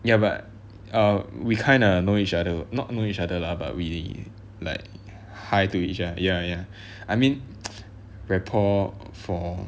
ya but uh we kind of know each other not know each other lah but we like hi to each ah ya ya I mean rapport for